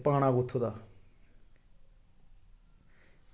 पाना कुत्थूं दा